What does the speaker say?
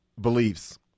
beliefs